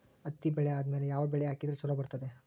ಹತ್ತಿ ಬೆಳೆ ಆದ್ಮೇಲ ಯಾವ ಬೆಳಿ ಹಾಕಿದ್ರ ಛಲೋ ಬರುತ್ತದೆ?